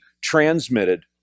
transmitted